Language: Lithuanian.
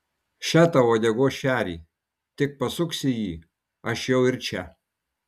še tau uodegos šerį tik pasuksi jį aš jau ir čia